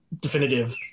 definitive